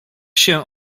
się